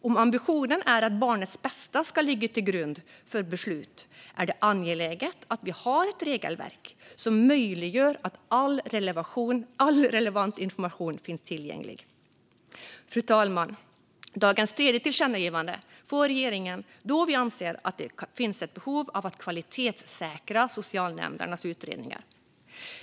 Om ambitionen är att barnets bästa ska ligga till grund för beslut är det angeläget att vi har ett regelverk som möjliggör att all relevant information finns tillgänglig. Fru talman! Dagens tredje tillkännagivande får regeringen då vi anser att det finns ett behov av att kvalitetssäkra socialnämndernas utredningar.